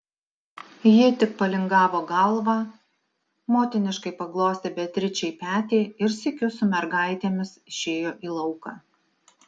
ji tik palingavo galvą motiniškai paglostė beatričei petį ir sykiu su mergaitėmis išėjo į lauką